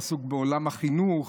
הוא עסוק בעולם החינוך,